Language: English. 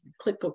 click